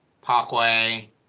Parkway